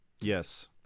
Yes